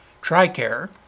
TRICARE